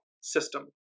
system